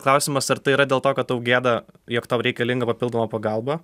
klausimas ar tai yra dėl to kad tau gėda jog tau reikalinga papildoma pagalba